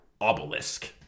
Obelisk